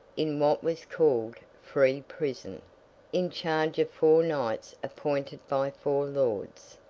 in what was called free prison in charge of four knights appointed by four lords.